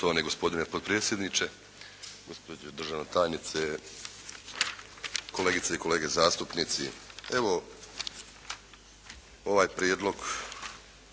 Hvala vam